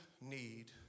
need